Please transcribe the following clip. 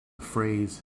phrase